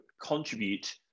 contribute